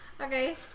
Okay